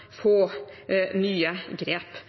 få nye grep.